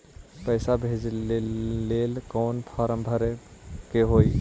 पैसा भेजे लेल कौन फार्म भरे के होई?